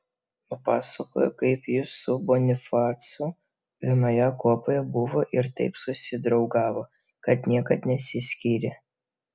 nupasakojo kaip jis su bonifacu vienoje kuopoje buvo ir taip susidraugavo kad niekad nesiskyrė